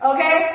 Okay